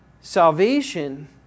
salvation